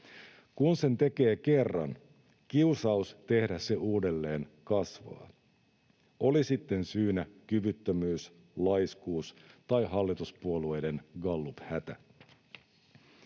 Kun sen tekee kerran, kiusaus tehdä se uudelleen kasvaa, oli sitten syynä kyvyttömyys, laiskuus tai hallituspuolueiden galluphätä.